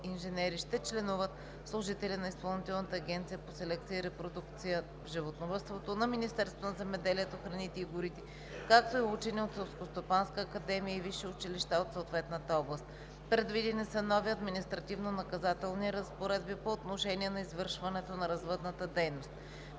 зооинженери, ще членуват служители на Изпълнителната агенция по селекция и репродукция в животновъдството, на Министерството на земеделието, храните и горите, както и учени от Селскостопанска академия и висши училища от съответната област. Предвидени са нови административнонаказателни разпоредби по отношение на извършването на развъдната дейност.